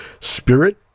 Spirit